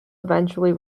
eventually